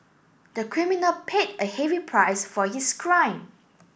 the criminal paid a heavy price for his crime